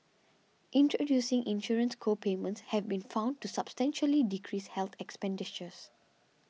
introducing insurance co payments have been found to substantially decrease health expenditures